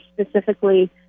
specifically